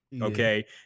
okay